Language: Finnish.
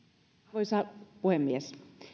arvoisa puhemies